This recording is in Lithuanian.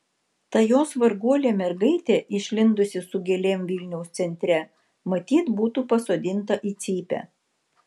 ta jos varguolė mergaitė išlindusi su gėlėm vilniaus centre matyt būtų pasodinta į cypę